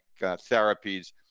therapies